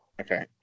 Okay